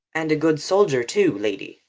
and a good soldier too, lady.